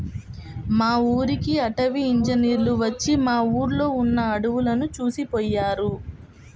మా ఊరికి అటవీ ఇంజినీర్లు వచ్చి మా ఊర్లో ఉన్న అడువులను చూసిపొయ్యారు